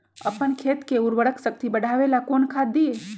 अपन खेत के उर्वरक शक्ति बढावेला कौन खाद दीये?